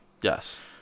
Yes